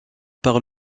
par